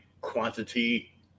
quantity